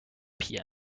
piano